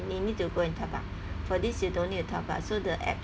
you need to go and top up for this you don't need to top up so the app